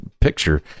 picture